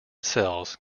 cells